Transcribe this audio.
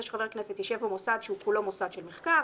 שחבר כנסת יישב במוסד שהוא כולו מוסד של מחקר,